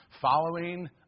following